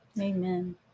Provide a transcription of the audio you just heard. Amen